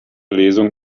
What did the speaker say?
lesung